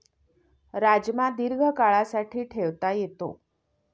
राजमा दीर्घकाळासाठी ठेवता येतो